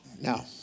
Now